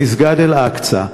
למסגד אל-אקצא,